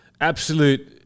absolute